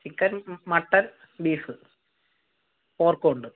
chicken mutton beef പോർക്കും ഉണ്ട്